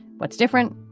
what's different?